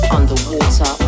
Underwater